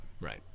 Right